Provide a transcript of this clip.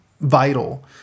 vital